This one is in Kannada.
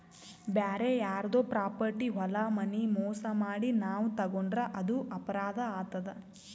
ಬ್ಯಾರೆ ಯಾರ್ದೋ ಪ್ರಾಪರ್ಟಿ ಹೊಲ ಮನಿ ಮೋಸ್ ಮಾಡಿ ನಾವ್ ತಗೋಂಡ್ರ್ ಅದು ಅಪರಾಧ್ ಆತದ್